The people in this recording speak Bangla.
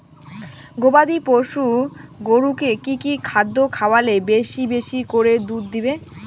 গবাদি পশু গরুকে কী কী খাদ্য খাওয়ালে বেশী বেশী করে দুধ দিবে?